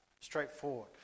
straightforward